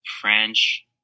French